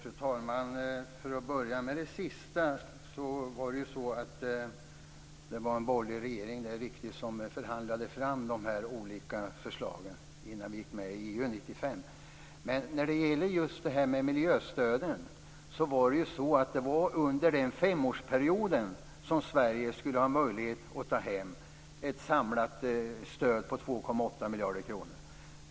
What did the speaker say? Fru talman! För att börja med det sista var det ju så att det var en borgerlig regering, det är riktigt, som förhandlade fram de här olika förslagen innan vi gick med i EU 1995. När det gäller miljöstöden var det just under den femårsperioden som Sverige skulle ha möjlighet att ta hem ett samlat stöd på 2,8 miljarder kronor.